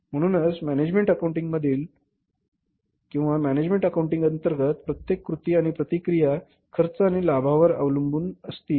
म्हणून मॅनेजमेंट अकाउंटिंगमधील किंवा मॅनेजमेंट अकाउंटिंग अंतर्गत प्रत्येक कृती आणि प्रतिक्रिया खर्च आणि लाभावर अवलंबून असतील